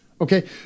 Okay